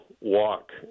walk